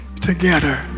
together